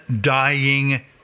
dying